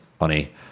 honey